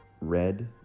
Red